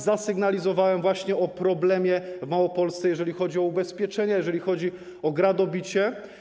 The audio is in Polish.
Zasygnalizowałem właśnie o problemie w Małopolsce, jeżeli chodzi o ubezpieczenie, jeżeli chodzi o gradobicie.